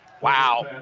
Wow